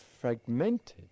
fragmented